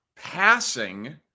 passing